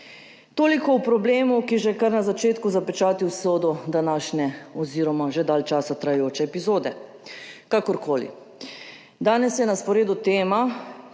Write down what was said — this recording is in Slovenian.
Toliko o problemu, ki že kar na začetku zapečati usodo današnje oziroma že dalj časa trajajoče epizode. Kakorkoli, danes je na sporedu tema